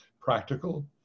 practical